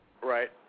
Right